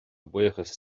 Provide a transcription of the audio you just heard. buíochas